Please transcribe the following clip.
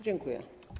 Dziękuję.